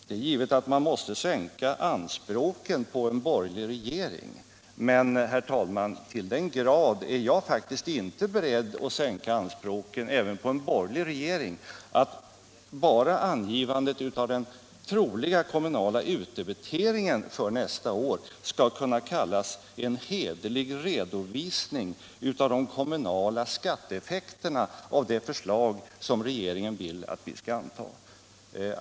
Det är möjligt att man inte kan ha så stora anspråk på en borgerlig regering, men till den grad är jag faktiskt inte beredd att sänka anspråken ens på en borgerlig regering att jag kan acceptera att bara angivandet av den troliga kommunala utdebiteringen nästa år skall kunna kallas en hederlig redovisning av de kommunala skatteeffekterna av det förslag som regeringen vill att vi skall anta.